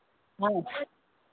हाँ